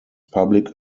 public